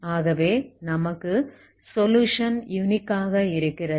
ஆகவே நமக்கு solution unique ஆக இருக்கிறது